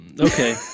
Okay